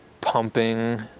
pumping